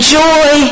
joy